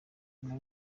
muri